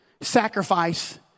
sacrifice